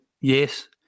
yes